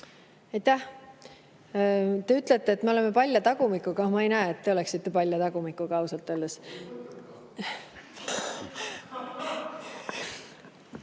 Te ütlete, et me oleme palja tagumikuga, aga ma ei näe, et te oleksite palja tagumikuga, ausalt öeldes.